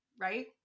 right